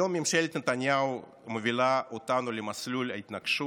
היום ממשלת נתניהו מובילה אותנו למסלול התנגשות.